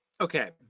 okay